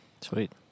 Sweet